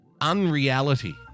unreality